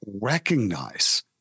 recognize